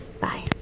Bye